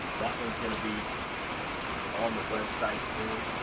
that ones gonna be on the website soon.